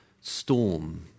storm